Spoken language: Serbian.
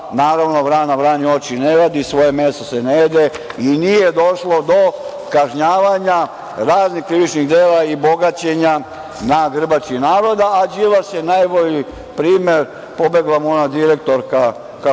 naravno vrana vrani oči ne vadi, svoje meso se ne jede i nije došlo do kažnjavanja raznih krivičnih dela i bogaćenja na grbači naroda. Đilas je najbolji primer, pobegla mu ona direktorka, Drinić,